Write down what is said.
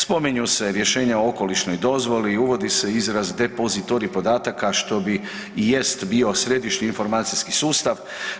Spominju se rješenja o okolišnoj dozvoli, uvodi se izraz depozitorij podataka što bi i jest bio središnji informacijski sustav.